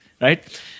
Right